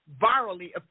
virally